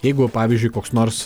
jeigu pavyzdžiui koks nors